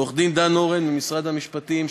עו"ד דן אורן ממשרד המשפטים,